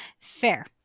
Fair